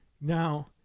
now